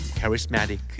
charismatic